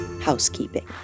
housekeeping